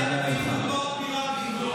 היא סירבה לייצג את המדינה בגירוש 400,